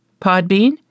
Podbean